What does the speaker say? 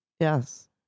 Yes